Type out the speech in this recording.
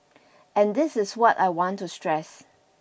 and this is what I want to stress